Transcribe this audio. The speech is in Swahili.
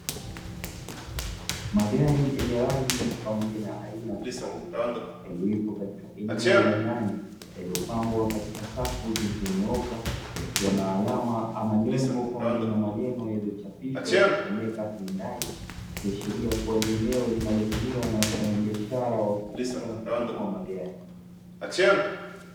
Magari yenye rangi pamoja na aina tofauti, yaliyopo katika eneo la ndani; yaliyopangwa katika safu zilizonyooka, yakiwa na alama ama nembo pamoja na maneno yaliyochapishwa yakisomeka "Hyundai", ikiashiria kuwa ni eneo linalotumiwa na wafanyabiashara wa kuuza na kununua magari.